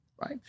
right